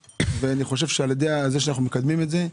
אני חושב שעל ידי כך שאנחנו מקדמים את הצעת החוק,